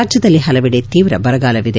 ರಾಜ್ಯದಲ್ಲಿ ಹಲವೆಡೆ ತೀವ್ರ ಬರಗಾಲವಿದೆ